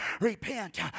Repent